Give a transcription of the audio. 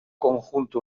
conjunto